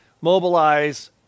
mobilize